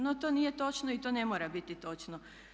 No to nije točno i to ne mora biti točno.